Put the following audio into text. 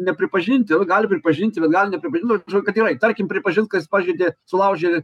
nepripažinti nu gali pripažinti bet gali nepripažin nu žo gerai tarkim pripažins kad jis pažeidė sulaužė